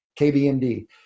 KBMD